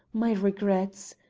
my regrets!